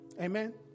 Amen